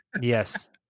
Yes